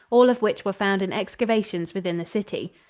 all of which were found in excavations within the city.